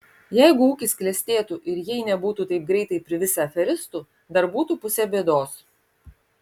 jeigu ūkis klestėtų ir jei nebūtų taip greitai privisę aferistų dar būtų pusė bėdos